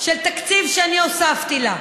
תקציב שאני הוספתי לה.